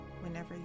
whenever